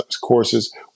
courses